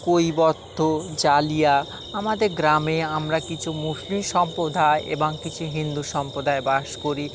কৈবত্য জালিয়া আমাদের গ্রামে আমরা কিছু মুসলিম সম্প্রদায় এবং কিছু হিন্দু সম্প্রদায় বাস করি